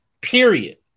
period